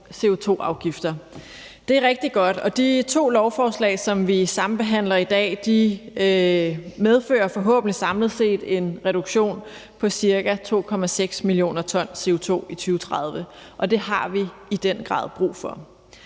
Det er rigtig godt, og de to lovforslag, som vi sambehandler i dag, medfører forhåbentlig samlet set en reduktion på ca. 2,6 mio. t CO2 i 2030, og det har vi den grad brug for.